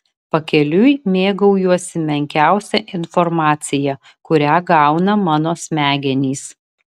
pakeliui mėgaujuosi menkiausia informacija kurią gauna mano smegenys